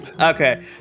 Okay